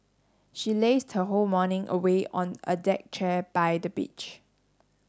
she lazed her whole morning away on a deck chair by the beach